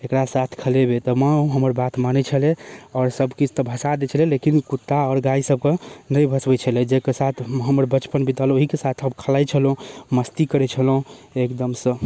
एकरा साथ खलेबै तऽ माँ हमर बात मानैत छलै आओर सब किछु तऽ भसा दै छलै लेकिन ई कुत्ता आओर गैआ सब कऽ नहि भसबै छलै जाहिके साथ हमर बचपन बीतल ओहिके साथ हम खेलाइत छलहुँ मस्ती करैत छलहुँ एकदमसँ